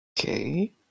Okay